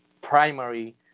primary